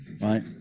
right